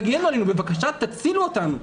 תגנו עלינו בבקשה, תצילו אותנו.